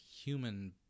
human